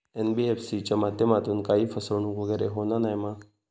NBFC च्या माध्यमातून काही फसवणूक वगैरे होना नाय मा?